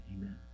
amen